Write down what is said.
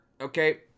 okay